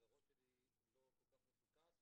אז הראש שלי לא כל כך מפוקס,